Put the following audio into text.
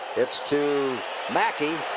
it's to mackey.